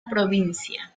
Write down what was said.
provincia